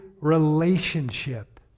relationship